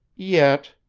yet,